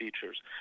features